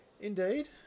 Indeed